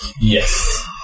Yes